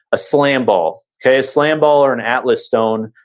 a slam ball, okay? a slam ball or an atlas stone,